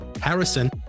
Harrison